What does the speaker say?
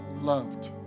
loved